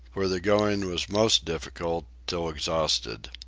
where the going was most difficult, till exhausted.